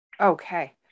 Okay